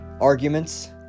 arguments